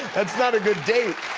that's not a good date.